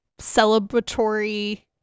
celebratory